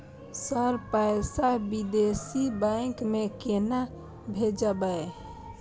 Sir पैसा विदेशी bank में केना भेजबे?